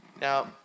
Now